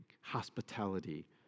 hospitality